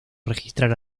registrar